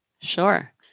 Sure